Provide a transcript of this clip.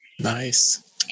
Nice